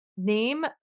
Name